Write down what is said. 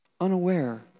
Unaware